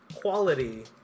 Quality